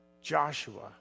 Joshua